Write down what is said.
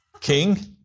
king